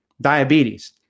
diabetes